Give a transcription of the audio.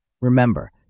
Remember